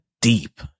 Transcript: deep